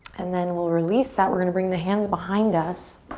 and then we'll release that. we're gonna bring the hands behind us.